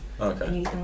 Okay